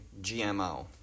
GMO